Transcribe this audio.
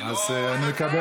אני לא, אז אני מקבל.